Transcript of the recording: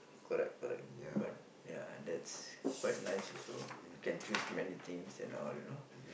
correct correct but ya that is quite nice also you can choose many things and all you know